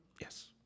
Yes